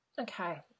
Okay